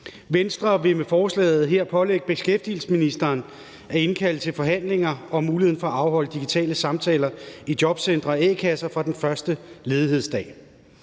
Venstre vil med forslaget her pålægge beskæftigelsesministeren at indkalde til forhandlinger om muligheden for at afholde digitale samtaler i jobcentre og a-kasser fra den første ledighedsdag.